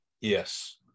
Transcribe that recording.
Yes